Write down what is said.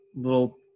little